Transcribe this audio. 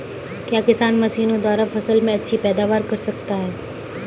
क्या किसान मशीनों द्वारा फसल में अच्छी पैदावार कर सकता है?